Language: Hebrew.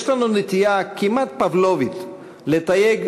יש לנו נטייה כמעט פבלובית לתייג,